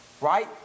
Right